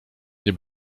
nie